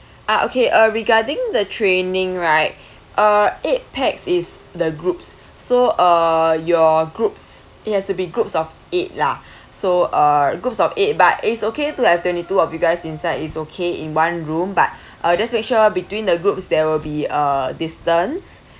ah okay uh regarding the training right uh eight pax is the groups so uh your groups it has to be groups of eight lah so uh group of eight but it's okay to have twenty two of you guys inside it's okay in one room but uh just make sure between the groups there will be a distance